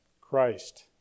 Christ